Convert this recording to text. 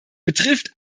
betrifft